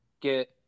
Get